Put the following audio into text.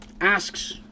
asks